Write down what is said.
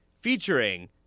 featuring